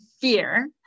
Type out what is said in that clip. fear